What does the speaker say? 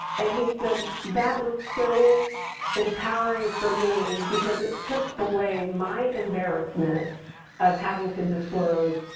and he said, that was so empowering for me because it took away my embarrassment of having to disclose.